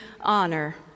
honor